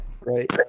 Right